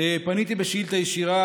פניתי בשאילתה ישירה,